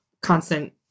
constant